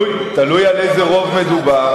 תלוי על איזה רוב מדובר.